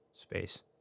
space